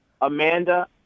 Amanda